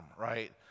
right